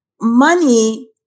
money